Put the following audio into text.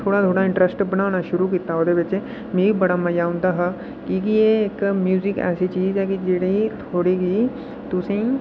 थोह्ड़ा थोह्ड़ा इंट्रस्ट बनाना शुरु कीता ओह्दे बिच मिगी बड़ा मजा औंदा हा कि जे म्यूजिक इक ऐसी ऐ जेह्ड़ी थोह्ड़ी दी मगन